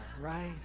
right